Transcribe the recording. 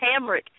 Hamrick